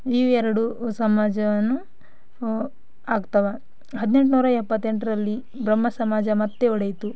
ಇವು ಎರಡು ಸಮಾಜವನ್ನು ಆಗ್ತಾವೆ ಹದಿನೆಂಟ್ನೂರ ಎಪ್ಪತ್ತೆಂಟರಲ್ಲಿ ಬ್ರಹ್ಮ ಸಮಾಜ ಮತ್ತೆ ಒಡೆಯಿತು